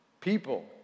People